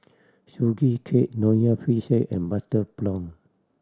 Sugee Cake Nonya Fish Head and butter prawn